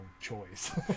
choice